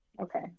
okay